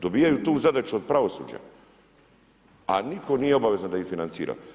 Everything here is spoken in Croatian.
Dobivaju tu zadaću od pravosuđa, a nitko nije obavezan da ih financira.